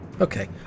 okay